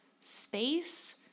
space